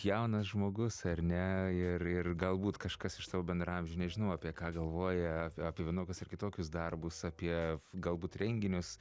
jaunas žmogus ar ne ir ir galbūt kažkas iš tavo bendraamžių nežinau apie ką galvoja apie vienokius ar kitokius darbus apie galbūt renginius